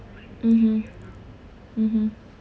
mmhmm mmhmm